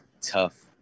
tough